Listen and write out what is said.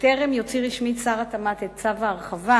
בטרם יוציא שר התמ"ת רשמית את צו ההרחבה,